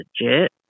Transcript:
legit